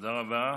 תודה רבה.